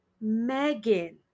Megan